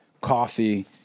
Coffee